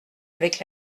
avec